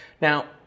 Now